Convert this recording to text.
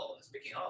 speaking